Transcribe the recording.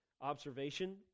observation